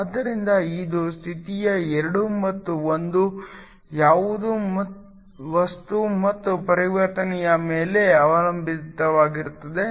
ಆದ್ದರಿಂದ ಇದು ಸ್ಥಿತಿಯ 2 ಮತ್ತು 1 ಯಾವುದು ವಸ್ತು ಮತ್ತು ಪರಿವರ್ತನೆಯ ಮೇಲೆ ಅವಲಂಬಿತವಾಗಿರುತ್ತದೆ